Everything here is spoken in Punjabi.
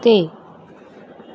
ਅਤੇ